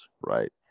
right